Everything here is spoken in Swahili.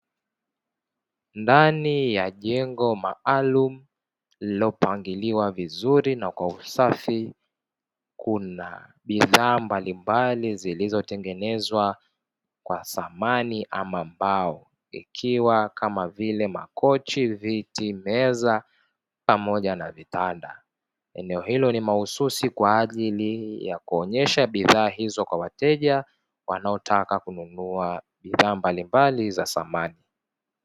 Ndani ya jengo maalumu lililopangiliwa vizuri na kwa usafi kuna bidhaa mbalimbali zilizotengenezwa kwa samani ama mbao ikiwa kama vile makochi, viti, meza, pamoja na vitanda. Eneo hilo ni mahususi kwa ajili ya kuonyesha bidhaa hizo kwa wateja wanaotaka kununua bidhaa mbalimbali za samani.